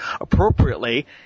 appropriately